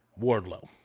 Wardlow